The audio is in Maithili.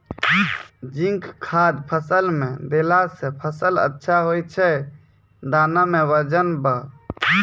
जिंक खाद फ़सल मे देला से फ़सल अच्छा होय छै दाना मे वजन ब